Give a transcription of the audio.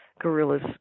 Gorillas